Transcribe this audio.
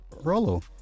Rolo